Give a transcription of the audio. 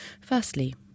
firstly